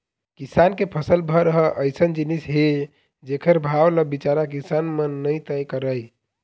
किसान के फसल भर ह अइसन जिनिस हे जेखर भाव ल बिचारा किसान मन नइ तय करय